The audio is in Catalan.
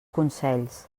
consells